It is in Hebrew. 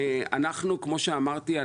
כמו שאמרתי,